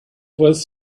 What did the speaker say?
was